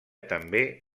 també